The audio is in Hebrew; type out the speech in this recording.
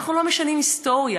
אנחנו לא משנים היסטוריה.